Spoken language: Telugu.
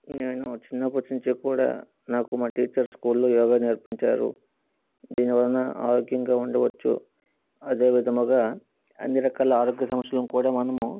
నేను చిన్నపట్నుంచి కూడా నాకు మా టీచర్స్ స్కూల్ లో యోగా నేర్పించారు దీని వలన ఆరోగ్యంగా ఉండవచ్చు అదే విధముగా అన్ని రకాల ఆరోగ్య సమస్యలను కూడా మనము